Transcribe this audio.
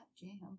jam